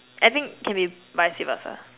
I think can be vice versa